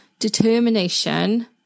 determination